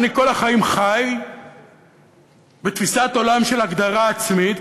אני כל החיים חי בתפיסת עולם של הגדרה עצמית,